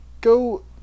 go